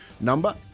number